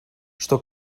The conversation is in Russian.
что